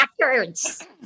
records